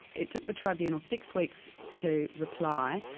it took the tribunal six weeks to reply,